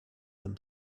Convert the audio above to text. them